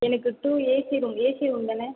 எனக்கு two AC room AC room தானே